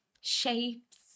shapes